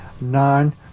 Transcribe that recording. nine